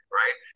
right